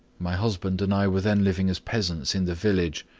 my husband and i were then living as peasants in the village.